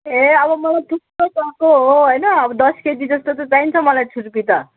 ए अब मलाई थुप्रो चाहिएको हो होइन अब दस केजी जस्तो त चाहिन्छ मलाई छुर्पी त